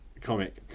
comic